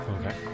Okay